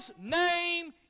name